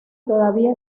todavía